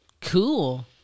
Cool